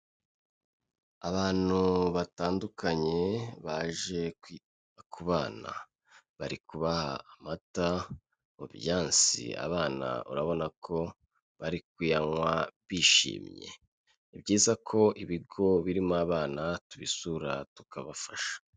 Abantu batandukanye baje kwita ku bana, bari kubaha amata mu byansi, abana urabona ko bari kuyanywa bishimye . Ni byiza ko ibigo birimo abana tubisura tukabafasha.